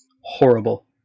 horrible